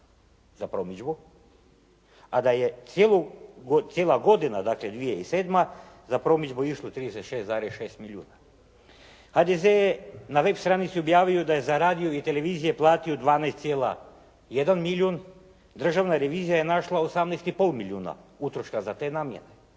za promidžbu, a da je cijela godina dakle 2007. za promidžbu išlo 36,6 milijuna. HDZ je na web stranicu objavio da je za radio i televizije platio 12,1 milijun, Državna revizija je našla 18,5 milijuna utroška za te namjene.